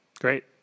Great